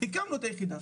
הקמנו את היחידה,